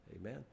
Amen